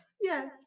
Yes